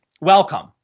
welcome